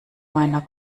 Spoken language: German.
meiner